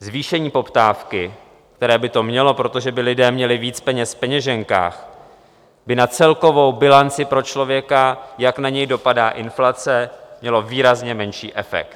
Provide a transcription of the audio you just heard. Zvýšení poptávky, které by to mělo, protože by lidé měli víc peněz peněženkách, by na celkovou bilanci pro člověka, jak na něj dopadá inflace, mělo výrazně menší efekt.